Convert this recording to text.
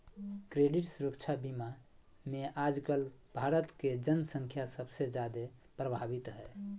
credit सुरक्षा बीमा मे आजकल भारत के जन्संख्या सबसे जादे प्रभावित हय